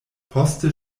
poste